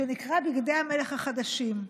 שנקרא "בגדי המלך החדשים".